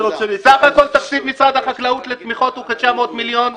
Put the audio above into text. סך הכול תקציב משרד החקלאות לתמיכות הוא כ-900 מיליון שקל.